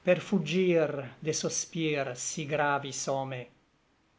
per fuggir de sospir sí gravi some